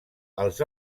els